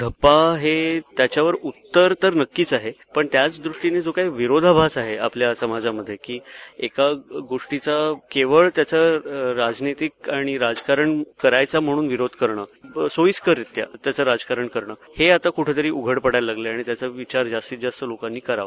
धप्पा हे त्यावर उत्तर तर नक्कीच आहे पण त्याचदृष्टीनं आपल्या समाजामध्ये जो काही विरोधाभास आहे कि एका गोष्टीचं केवळ त्याचं राजनीतिक आणि राजकारण करायचं म्हणून विरोध करणं सोयीस्कररीत्या त्याचं राजकारण करणं हे थाता कुठं तरी उघड पडायला लागलंय आणि त्याचा विचार जास्तीत जास्त लोकांनी करावा